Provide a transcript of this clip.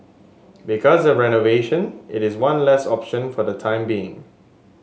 because of renovation it is one less option for the time being